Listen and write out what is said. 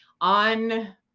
On